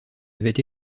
avait